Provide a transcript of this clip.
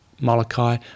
Molokai